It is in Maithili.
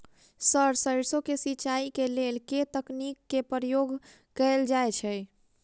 सर सैरसो केँ सिचाई केँ लेल केँ तकनीक केँ प्रयोग कैल जाएँ छैय?